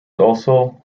also